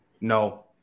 No